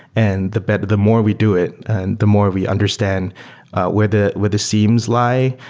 and the but the more we do it and the more we understand where the where the seams lie,